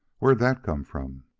where that come from?